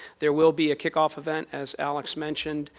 there will be a kickoff event as alex mentioned,